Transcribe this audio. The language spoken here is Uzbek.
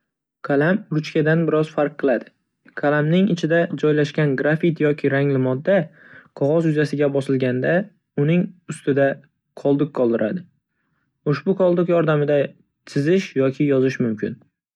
Qalam ruchkadan biroz farq qiladi. Qalamning ichida joylashgan grafit yoki rangli modda qog‘oz yuzasiga bosilganda uning ustida qoldiq qoldiradi. Ushbu qoldiq yordamida chizish yoki yozish mumkin.